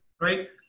right